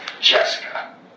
Jessica